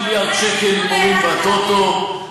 3 מיליארד שקל הימורים בטוטו,